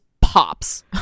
pops